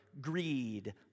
greed